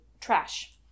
trash